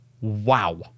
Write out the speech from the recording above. Wow